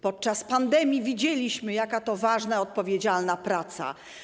Podczas pandemii widzieliśmy, jaka to ważna, odpowiedzialna praca.